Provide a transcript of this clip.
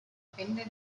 depende